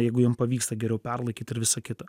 jeigu jum pavyksta geriau perlaikyt ir visą kitą